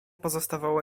pozostawało